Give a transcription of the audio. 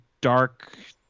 dark